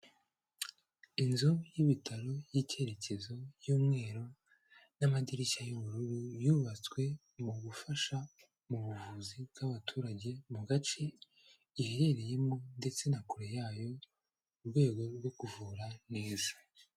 Inzu y'ibitaro y'icyerekezo y'umweru n'amadirishya y'ubururu, yubatswe mu gufasha mu buvuzi bw'abaturage mu gace iherereyemo ndetse na kure yayo mu rwego rwo kuvura neza.